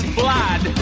blood